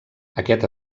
aquest